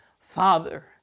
Father